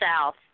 south